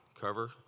Cover